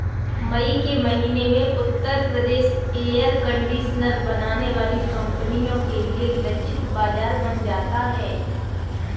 मई के महीने में उत्तर प्रदेश एयर कंडीशनर बनाने वाली कंपनियों के लिए लक्षित बाजार बन जाता है